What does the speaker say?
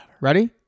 Ready